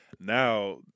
Now